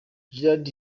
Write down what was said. general